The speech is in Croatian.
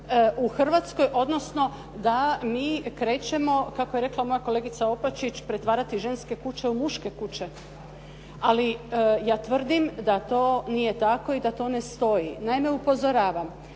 u Hrvatskoj, odnosno da mi krećemo, kako je rekla moja kolegica Opačić, pretvarati ženske kuće u muške kuće, ali ja tvrdim da to nije tako i da to ne stoji. Naime, upozoravam